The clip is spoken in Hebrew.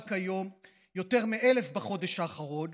יותר מ-1,000 בחודש האחרון,